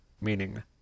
meaning